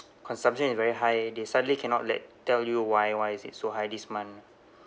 consumption is very high they suddenly cannot let tell you why why is it so high this month